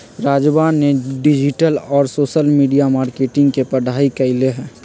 राजवा ने डिजिटल और सोशल मीडिया मार्केटिंग के पढ़ाई कईले है